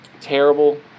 terrible